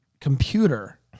computer